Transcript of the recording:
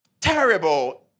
Terrible